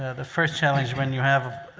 the first challenge when you have,